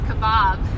kebab